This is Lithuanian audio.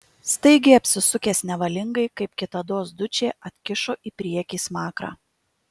staigiai apsisukęs nevalingai kaip kitados dučė atkišo į priekį smakrą